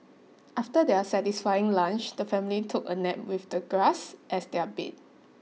after their satisfying lunch the family took a nap with the grass as their bed